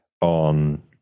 on